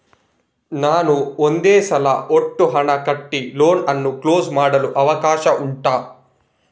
ನಾನು ಒಂದೇ ಸಲ ಒಟ್ಟು ಹಣ ಕಟ್ಟಿ ಲೋನ್ ಅನ್ನು ಕ್ಲೋಸ್ ಮಾಡಲು ಅವಕಾಶ ಉಂಟಾ